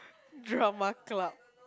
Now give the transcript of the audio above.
Drama Club